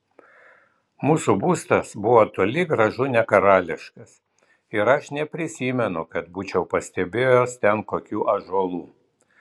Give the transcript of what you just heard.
mūsų būstas buvo toli gražu ne karališkas ir aš neprisimenu kad būčiau pastebėjęs ten kokių ąžuolų